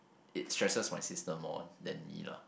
it stresses my sister more than me lah